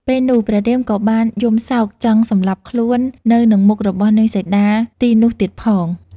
ពេលនោះ ព្រះរាមក៏បានយំសោកចង់សម្លាប់ខ្លួននៅនឹងមុខរបស់នាងសីតាទីនោះទៀតផង។